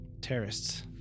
Terrorists